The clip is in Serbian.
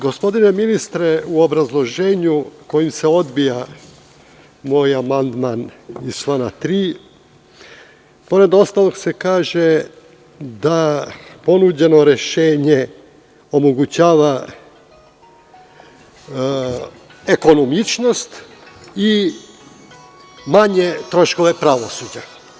Gospodine ministre, u obrazloženju kojim se odbija moj amandman na član 3. pored ostalog se kaže da ponuđeno rešenje omogućava ekonomičnost i manje troškove pravosuđa.